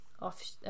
off